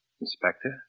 Inspector